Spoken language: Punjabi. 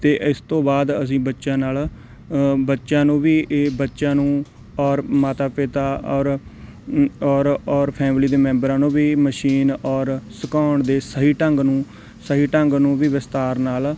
ਅਤੇ ਇਸ ਤੋਂ ਬਾਅਦ ਅਸੀਂ ਬੱਚਿਆਂ ਨਾਲ ਬੱਚਿਆਂ ਨੂੰ ਵੀ ਇਹ ਬੱਚਿਆਂ ਨੂੰ ਔਰ ਮਾਤਾ ਪਿਤਾ ਔਰ ਔਰ ਔਰ ਫੈਮਲੀ ਦੇ ਮੈਂਬਰਾਂ ਨੂੰ ਵੀ ਮਸ਼ੀਨ ਔਰ ਸੁਕਾਉਣ ਦੇ ਸਹੀ ਢੰਗ ਨੂੰ ਸਹੀ ਢੰਗ ਨੂੰ ਵੀ ਵਿਸਤਾਰ ਨਾਲ